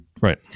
Right